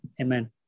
amen